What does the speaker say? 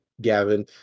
Gavin